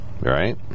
Right